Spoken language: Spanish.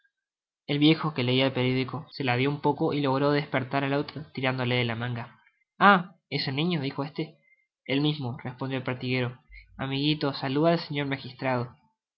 el viejo que leía el periódico se ladeó un poco y logró dispertar al otro tirándole de la manga ah es el tviñr dijo este el mismo respondió el pertiguero amigito saluda al señor magistrado